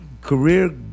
career